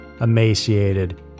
emaciated